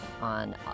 on